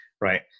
right